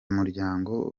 muryango